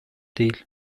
değil